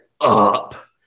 up